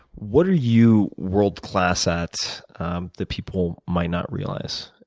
what are you world class at that people might not realize?